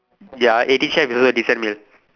ya eighteen-chef is also a decent meal